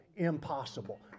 impossible